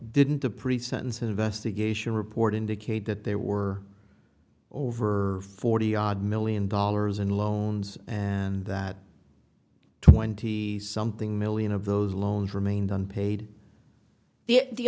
didn't the pre sentence investigation report indicate that there were over forty odd million dollars in loans and that twenty something million of those loans remained unpaid the